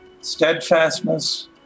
steadfastness